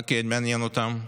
מה כן מעניין אותם?